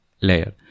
layer